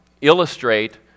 illustrate